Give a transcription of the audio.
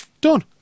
done